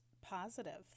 positive